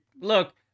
Look